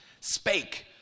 spake